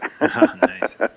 Nice